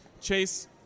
Chase